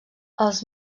els